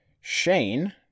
Shane